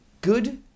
good